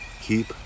keep